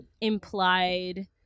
implied